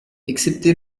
excepté